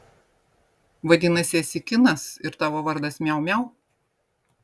vadinasi esi kinas ir tavo vardas miau miau